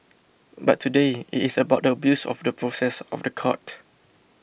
but today it is about the abuse of the process of the court